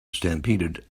stampeded